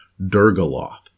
Durgaloth